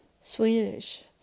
Swedish